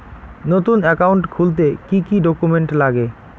নতুন একাউন্ট খুলতে কি কি ডকুমেন্ট লাগে?